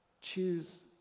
Choose